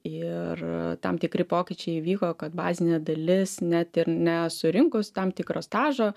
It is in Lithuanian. ir tam tikri pokyčiai įvyko kad bazinė dalis net ir nesurinkus tam tikro stažo